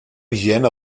vigent